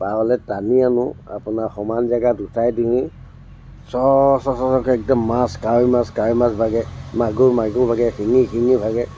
পাৰলৈ টানি আনোঁ আপোনাৰ সমান জেগাত উঠাই দি চ' চ' চ'কে একদম মাছ কাৱৈ মাছ কাৱৈ মাছ ভাগে মাগুৰ মাগুৰ ভাগে শিঙী শিঙী ভাগে